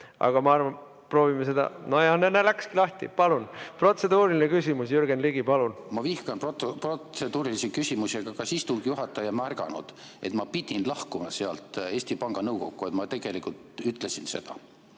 Aga proovime seda ... No näe, läkski lahti! Palun protseduuriline küsimus, Jürgen Ligi! Ma vihkan protseduurilisi küsimusi. Aga kas istungi juhataja ei märganud, et ma pidin lahkuma sealt Eesti Panga nõukokku, et ma tegelikult ütlesin seda.